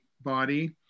body